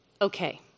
Okay